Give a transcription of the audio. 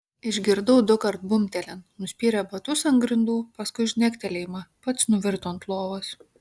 išgirdau dukart bumbtelint nuspyrė batus ant grindų paskui žnektelėjimą pats nuvirto ant lovos